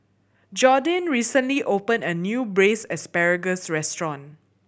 Jordyn recently opened a new Braised Asparagus restaurant